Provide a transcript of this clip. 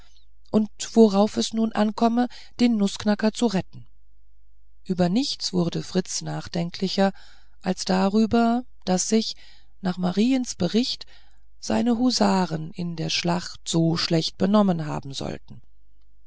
und worauf es nun ankomme den nußknacker zu retten über nichts wurde fritz nachdenklicher als darüber daß sich nach mariens bericht seine husaren in der schlacht so schlecht genommen haben sollten